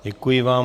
Děkuji vám.